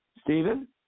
Stephen